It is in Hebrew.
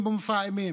משתמשים במופע אימים.